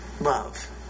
love